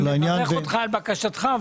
אני מברך אותך על בקשתך,